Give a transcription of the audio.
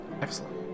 Excellent